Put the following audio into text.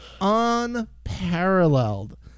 Unparalleled